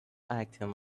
acting